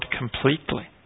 completely